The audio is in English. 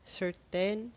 certain